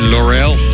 Laurel